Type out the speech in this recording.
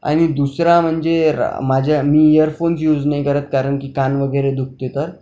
आणि दुसरा म्हणजे र माझ्या मी ईयरफोन युज नाही करत कारण की कान वगैरे दुखते तर